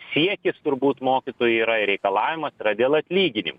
siekis turbūt mokytojų yra ir reikalavimas yra dėl atlyginim